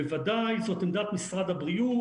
בוודאי זאת עמדת משרד הבריאות,